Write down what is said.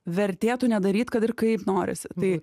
vertėtų nedaryt kad ir kaip norisi tai